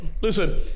listen